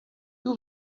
you